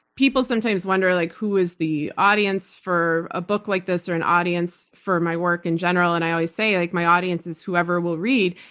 people sometimes wonder like, who is the audience for a book like this? or an audience for my work in general. and i always say, like my audience is whoever will read.